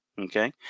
okay